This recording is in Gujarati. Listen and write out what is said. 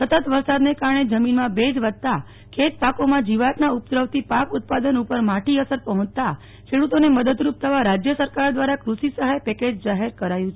સતત વરસાદને કારણે જમીનમાં ભેજ વધતા ખેત પાકોમાં જીવાતના ઉપદ્રવથી પાક ઉત્પાદન ઉપર માઠી અસર પહોંચતા ખેડૂતોને મદદરૂપ થવા રાજય સરકાર દ્વારા કૃષિ સહાય પેકેજ જાહેર કરાયું છે